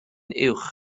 uwch